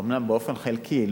אומנם באופן חלקי,